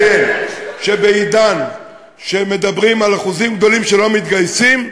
אני רוצה לציין שבעידן שמדברים על אחוזים גדולים שלא מתגייסים,